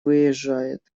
выезжает